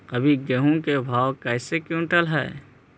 अभी गेहूं के भाव कैसे रूपये क्विंटल हई?